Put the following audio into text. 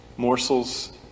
morsels